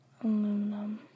Aluminum